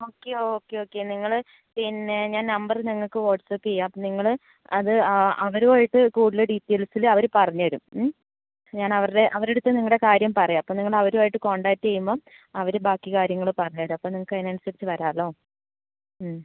okay okay okay നിങ്ങൾ പിന്നെ ഞാൻ നമ്പർ നിങ്ങൾക്ക് വാട്ട്സ്ആപ്പ് ചെയ്യാം അപ്പം നിങ്ങൾ അത് ആ അവരും ആയിട്ട് കൂടുതൽ ഡീറ്റെയിൽസിൽ അവർ പറഞ്ഞുതരും മ് ഞാൻ അവരുടെ അവരുടെ അടുത്ത് നിങ്ങളുടെ കാര്യം പറയാം അപ്പം നിങ്ങൾ അവരും ആയിട്ട് കോൺടാക്ട് ചെയ്യുമ്പം അവർ ബാക്കി കാര്യങ്ങൾ പറഞ്ഞുതരും അപ്പം നിങ്ങൾക്ക് അതിനനുസരിച്ച് വരാമല്ലോ മ്